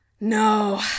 No